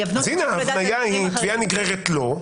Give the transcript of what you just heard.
בתביעה נגררת לא.